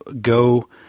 go